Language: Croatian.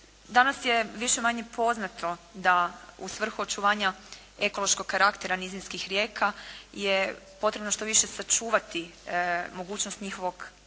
Danas je više-manje poznato da u svrhu očuvanja ekološkog karaktera nizinskih rijeka je potrebno što više sačuvati mogućnost njihovog